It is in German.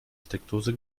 steckdose